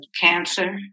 cancer